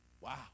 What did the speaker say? wow